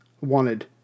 wanted